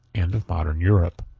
and of modern europe!